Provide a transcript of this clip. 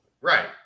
Right